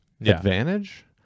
advantage